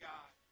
God